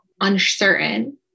uncertain